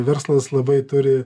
verslas labai turi